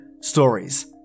stories